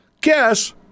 Guess